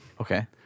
Okay